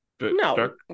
No